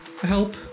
help